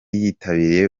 yitabiriye